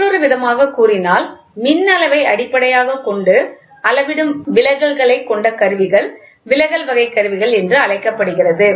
மற்றொரு விதமாகக் கூறினால் மின் அளவை அடிப்படையாக கொண்டு அளவிடும் விலகல்களை கொண்ட கருவிகள் விலகல் வகை கருவிகள் என்று அழைக்கப்படுகிறது